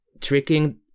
tricking